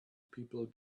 people